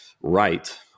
right